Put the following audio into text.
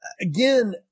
again